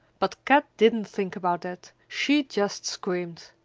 but kat didn't think about that she just screamed.